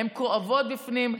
הן כואבות בפנים,